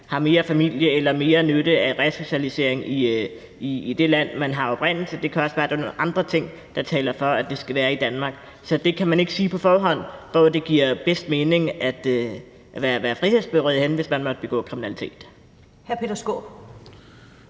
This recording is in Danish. har mere familie eller mere nytte af resocialisering i det land, hvor man har sin oprindelse. Det kan også være, at der er nogle andre ting, der taler for, at det skal være i Danmark. Så man kan ikke sige på forhånd, hvor det giver bedst mening at være frihedsberøvet henne, hvis man måtte begå kriminalitet.